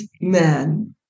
man